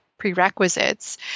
Prerequisites